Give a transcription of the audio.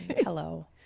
hello